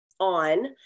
on